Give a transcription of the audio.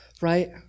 right